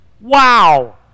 Wow